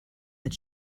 that